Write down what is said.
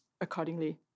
accordingly